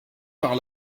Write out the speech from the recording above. par